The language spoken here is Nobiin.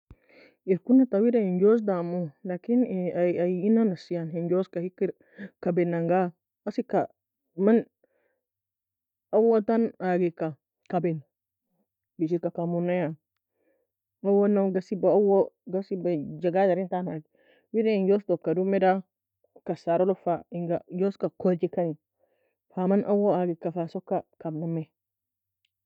irkie una ta wida in جوز damo, لكن ay ay inna nass yani, in jozka hikir kabinanga, asika man awotann aagika kabinn, gishirka kabmuna yan, awolog gasibea awo gasibea jagadaraintan agi, wida in joztoka dumeda kasaralog fa inga jozka korjikani, fa man awo agika fa soka kabnamie.